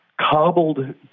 cobbled